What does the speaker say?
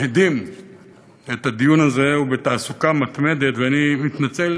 בהדים את הדיון הזה, ובתעסוקה מתמדת, ואני מתנצל